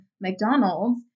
McDonald's